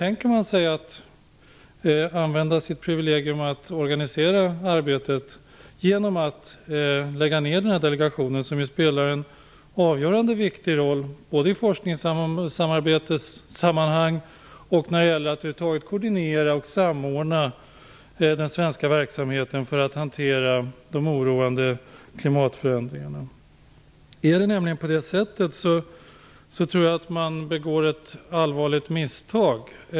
Tänker man använda sitt privilegium att organisera arbetet genom att lägga ner denna delegation som ju spelar en avgörande roll såväl för forskningssamarbetet som när det gäller att koordinera och samordna den svenska verksamheten för att hantera de oroande klimatförändringarna. Är det på det sättet, tror jag att man begår ett allvarligt misstag.